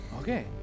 Okay